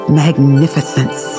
magnificence